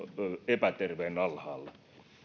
epäterveen alhaalla